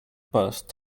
burst